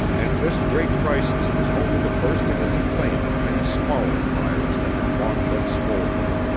and this great crisis was only the bursting into flame of many smaller fires that had long been smoldering.